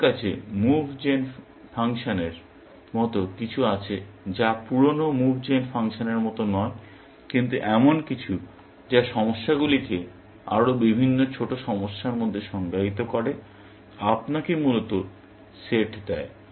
আমাদের কাছে move gen ফাংশনের মতো কিছু আছে যা পুরানো মুভ জেন ফাংশনের মতো নয় কিন্তু এমন কিছু যা সমস্যাগুলিকে আরো বিভিন্ন ছোট সমস্যার মধ্যে সংজ্ঞায়িত করে আপনাকে মূলত সেট দেয়